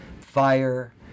fire